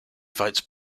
fights